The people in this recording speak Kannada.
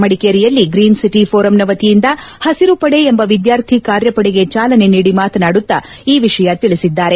ಮಡಿಕೇರಿಯಲ್ಲಿ ಗ್ರೀನ್ ಸಿಟಿ ಪೋರಂನ ವತಿಯಿಂದ ಹಸಿರು ಪಡೆ ಎಂಬ ವಿದ್ನಾರ್ಥಿ ಕಾರ್ಯಪಡೆಗೆ ಚಾಲನೆ ನೀಡಿ ಮಾತನಾಡುತ್ತಾ ಈ ವಿಷಯ ತಿಳಿಸಿದ್ದಾರೆ